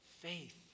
faith